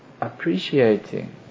appreciating